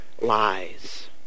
lies